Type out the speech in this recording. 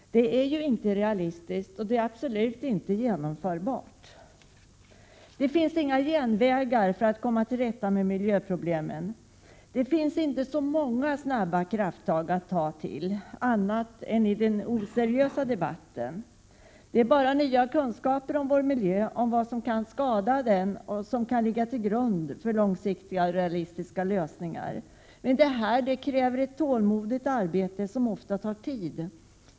Men det är inte realistiskt och absolut inte genomförbart. Det finns inga genvägar när det gäller att komma till rätta med miljöproblemen. Inte heller går det att göra särskilt många snabba krafttag. Det går bara i den oseriösa debatten. Det är enbart nya kunskaper om vår miljö och om sådant som kan skada den som kan ligga till grund för långsiktiga och realistiska lösningar. Detta förutsätter ett tålmodigt arbete, som ofta tar tid.